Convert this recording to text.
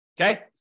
Okay